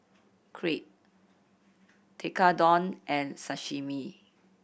Crepe Tekkadon and Sashimi